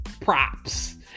props